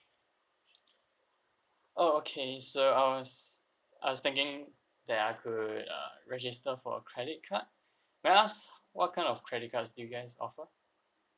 oh okay so I was I was thinking that I could uh register for a credit card may I ask what kind of credit cards do you guys offer